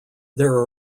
there